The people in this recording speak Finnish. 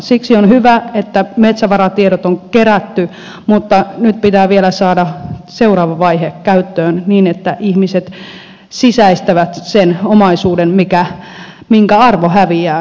siksi on hyvä että metsävaratiedot on kerätty mutta nyt pitää vielä saada seuraava vaihe käyttöön niin että ihmiset sisäistävät sen omaisuuden minkä arvo häviää jos sille ei mitään tehdä